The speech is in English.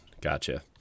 gotcha